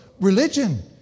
religion